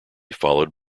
followed